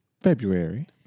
February